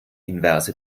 inverse